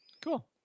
Cool